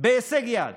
בהישג יד.